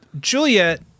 Juliet